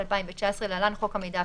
התשע"ט 2019 (להלן חוק המידע הפלילי),